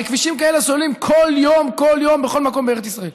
הרי כבישים כאלה סוללים כל יום כל יום בכל מקום בארץ ישראל.